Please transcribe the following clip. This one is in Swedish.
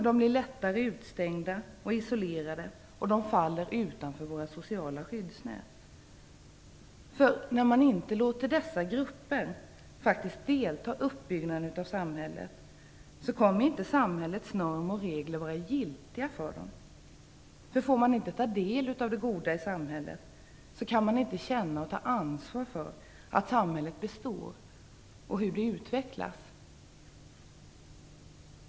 De blir lättare utestängda och isolerade, och de faller utanför våra sociala skyddsnät. När man inte låter dessa grupper delta i uppbyggnaden av samhället, kommer inte samhällets normer och regler att vara giltiga för dem. Får man inte ta del av det goda i samhället, kan man inte känna och ta ansvar för att samhället består och hur det utvecklas.